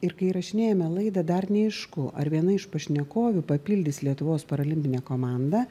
ir kai įrašinėjame laidą dar neaišku ar viena iš pašnekovių papildys lietuvos paralimpinę komandą